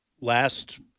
last